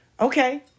Okay